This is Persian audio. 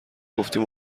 گفتیم